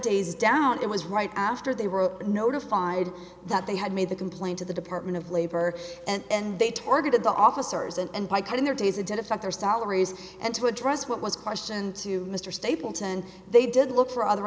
days down it was right after they were notified that they had made the complaint to the department of labor and they targeted the officers and by cutting their days it didn't affect their salaries and to address what was questioned to mr stapleton they did look for other